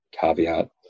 caveat